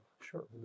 Sure